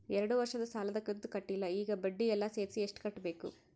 ಎರಡು ವರ್ಷದ ಸಾಲದ ಕಂತು ಕಟ್ಟಿಲ ಈಗ ಬಡ್ಡಿ ಎಲ್ಲಾ ಸೇರಿಸಿ ಎಷ್ಟ ಕಟ್ಟಬೇಕು?